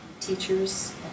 teachers